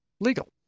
legal